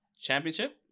Championship